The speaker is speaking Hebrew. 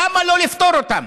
למה לא לפטור אותם?